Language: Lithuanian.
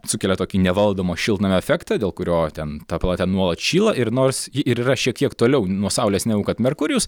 sukelia tokį nevaldomą šiltnamio efektą dėl kurio ten ta planeta nuolat šyla ir nors ji ir yra šiek tiek toliau nuo saulės negu kad merkurijus